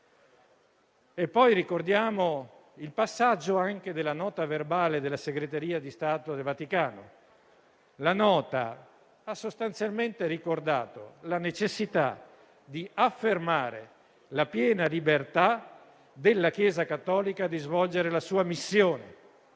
Ricordiamo poi il passaggio anche della nota verbale della Segreteria di Stato della Santa Sede, che ha sostanzialmente ricordato la necessità di affermare la piena libertà della Chiesa cattolica di svolgere la sua missione.